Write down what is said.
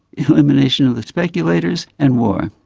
elimination of the speculators and war.